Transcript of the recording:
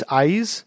eyes